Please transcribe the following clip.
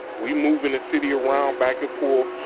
we moving the city around back and forth,